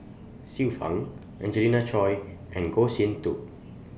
Xiu Fang Angelina Choy and Goh Sin Tub